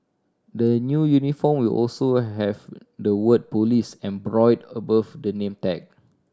the new uniform will also have the word police embroidered above the name tag